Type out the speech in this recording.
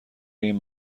این